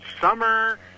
summer